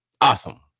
Awesome